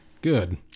Good